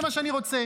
זה מה שאני רוצה,